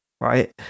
Right